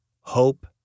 hope